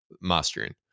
mastering